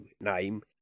name